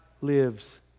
lives